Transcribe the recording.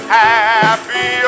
happy